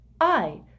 I